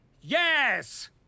Yes